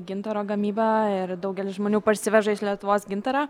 gintaro gamyba ir daugelis žmonių parsiveža iš lietuvos gintarą